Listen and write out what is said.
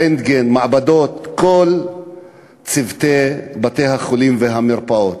רנטגן, מעבדות כל צוותי בתי-החולים והמרפאות.